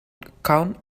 account